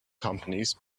companies